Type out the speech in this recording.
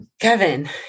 Kevin